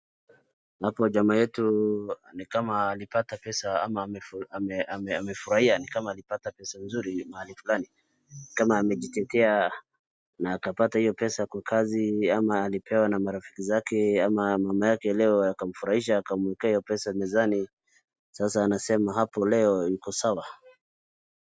Hapo jamaa wetu ni kama alipata pesa ama amefurahia ni kama amepata pesa mzuri mahali fulani, ni kama amejitengea na akapata hiyo pesa kwa kazi ama alipewa na marafiki zake ama mama yake leo akamfurahisha akamwekea hiyo pesa mezani, sasa anasema leo iko sawa.